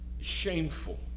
shameful